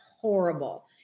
horrible